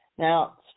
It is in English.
Now